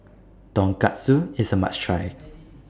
Tonkatsu IS A must Try